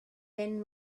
then